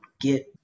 get